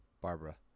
Barbara